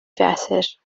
fesur